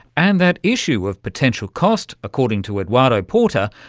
and that issue of potential cost, according to eduardo porter,